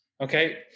Okay